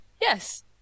Yes